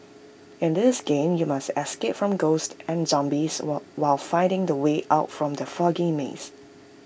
in this game you must escape from ghosts and zombies while finding the way out from the foggy maze